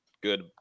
good